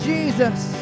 Jesus